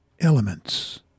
elements